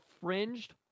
fringed